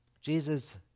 Jesus